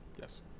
yes